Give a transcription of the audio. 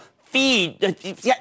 feed